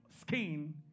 skin